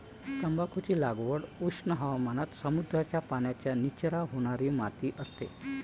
तंबाखूची लागवड उष्ण हवामानात समृद्ध, पाण्याचा निचरा होणारी माती असते